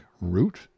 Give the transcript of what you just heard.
root